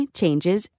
changes